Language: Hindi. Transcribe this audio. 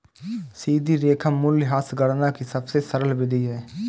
सीधी रेखा मूल्यह्रास गणना की सबसे सरल विधि है